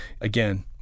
again